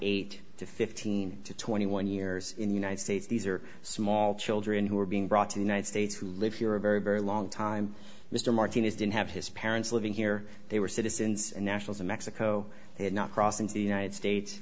eight to fifteen to twenty one years in the united states these are small children who are being brought to the united states who live here a very very long time mr martinez didn't have his parents living here they were citizens and nationals in mexico they did not cross into the united states